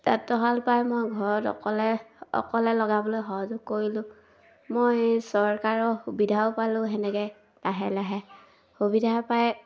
তাত শাল পাই মই ঘৰত অকলে অকলে লগাবলৈ সহযোগ কৰিলোঁ মই চৰকাৰৰ সুবিধাও পালোঁ সেনেকৈ লাহে লাহে সুবিধা পায়